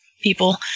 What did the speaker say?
people